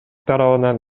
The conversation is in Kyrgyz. тарабынан